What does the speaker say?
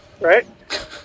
right